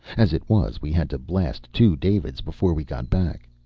as it was we had to blast two davids before we got back.